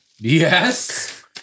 Yes